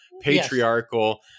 patriarchal